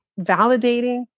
Validating